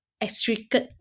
extricate